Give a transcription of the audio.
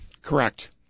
Correct